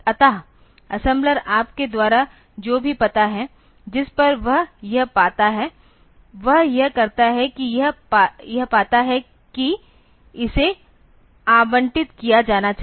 अतः असेम्बलर आपके द्वारा जो भी पता है जिस पर वह यह पाता है वह यह करता है कि यह पाता है कि इसे आबंटित किया जाना चाहिए